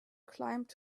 climbed